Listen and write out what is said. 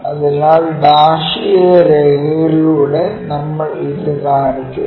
അതിനാൽ ഡാഷ് ചെയ്ത രേഖകളിലൂടെ നമ്മൾ ഇത് കാണിക്കുന്നു